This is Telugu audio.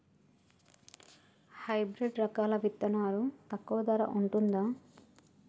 హైబ్రిడ్ రకాల విత్తనాలు తక్కువ ధర ఉంటుందా?